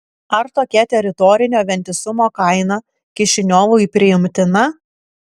ar tokia teritorinio vientisumo kaina kišiniovui priimtina